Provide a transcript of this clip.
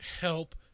help